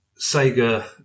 Sega